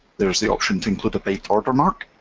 there is the option to include a byte order mark.